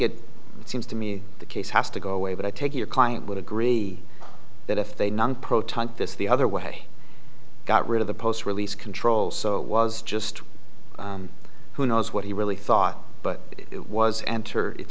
it seems to me the case has to go away but i take your client would agree that if they none proton this the other way got rid of the post release control so it was just who knows what he really thought but it was enter it